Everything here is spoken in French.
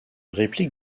réplique